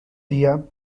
día